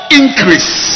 increase